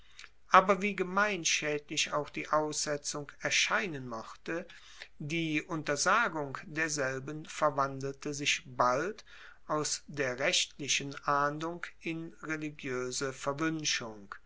aber wie gemeinschaedlich auch die aussetzung erscheinen mochte die untersagung derselben verwandelte sich bald aus der rechtlichen ahndung in religioese